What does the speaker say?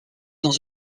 dans